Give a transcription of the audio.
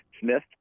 smith